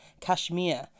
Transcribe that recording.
Kashmir